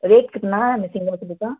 rate کتنا ہے سینگھی مچھلی کا